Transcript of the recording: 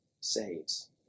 saves